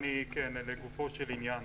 לגופו של עניין,